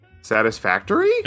satisfactory